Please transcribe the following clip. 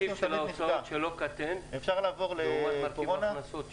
יש מרכיב של הוצאות שלא קטן לעומת מרכיב הכנסות שירד.